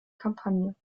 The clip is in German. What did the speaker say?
kampagne